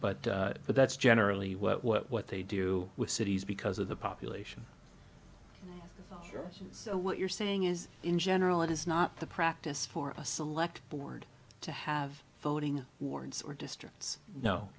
whole but that's generally what what what they do with cities because of the population so what you're saying is in general it is not the practice for a select board to have voting warrants or districts no